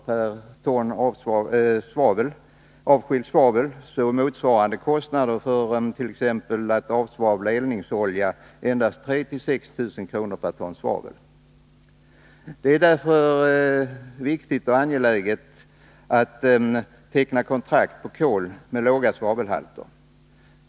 per ton avskilt svavel, är motsvarande kostnader för att avsvavlat.ex. eldningsolja endast 3 000—6 000 kr. per ton svavel. Det är därför angeläget att teckna kontrakt på kol med låga svavelhalter.